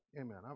Amen